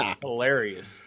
Hilarious